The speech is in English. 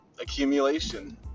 accumulation